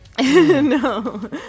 No